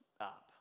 up